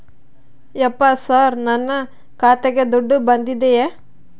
ಯಪ್ಪ ಸರ್ ನನ್ನ ಖಾತೆಗೆ ದುಡ್ಡು ಬಂದಿದೆಯ?